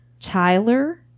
Tyler